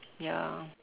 ya